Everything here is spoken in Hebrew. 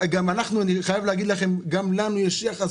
אני חייב להגיד לכם: כך גם לנו יש יחס